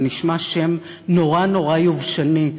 זה נשמע שם נורא נורא יובשני,